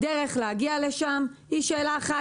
הדרך להגיע לשם היא שאלה אחת,